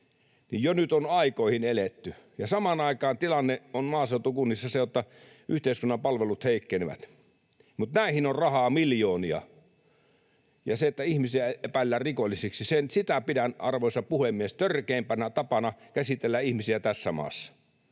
jo nyt on aikoihin eletty. Samaan aikaan tilanne on maaseutukunnissa se, että yhteiskunnan palvelut heikkenevät, mutta näihin on rahaa miljoonia. Ja sitä, että ihmisiä epäillään rikollisiksi, arvoisa puhemies, pidän törkeimpänä tapana käsitellä ihmisiä tässä maassa.